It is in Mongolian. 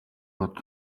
бод